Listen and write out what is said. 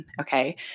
okay